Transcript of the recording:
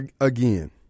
again